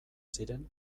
ziren